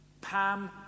Pam